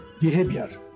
behavior